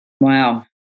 Wow